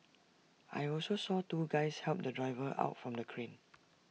I also saw two guys help the driver out from the crane